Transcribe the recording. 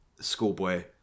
schoolboy